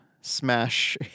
smash